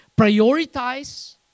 prioritize